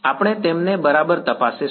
આપણે તેમને બરાબર તપાસીશું